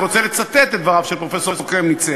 אני רוצה לצטט את דבריו של פרופסור קרמניצר: